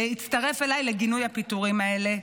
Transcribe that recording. להצטרף אליי לגינוי הפיטורים האלה.